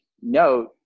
note